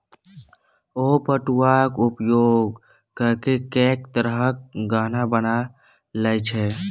ओ पटुआक उपयोग ककए कैक तरहक गहना बना लए छै